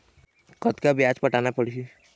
कतका ब्याज पटाना पड़ही?